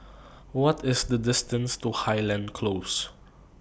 What IS The distance to Highland Close